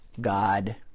God